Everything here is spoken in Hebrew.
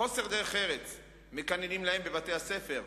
חוסר דרך ארץ מקננים להם בבתי-הספר,